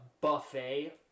buffet-